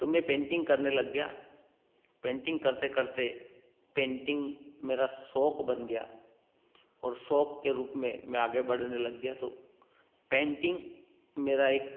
तो मैं पेंटिंग करने लग गया पेंटिंग करते करते पेंटिंग मेरा शौक बन गया और शौक के रूप में मैं आगे बढ़ने लग गया तो पेंटिंग मेरा एक